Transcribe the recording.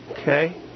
Okay